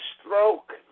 stroke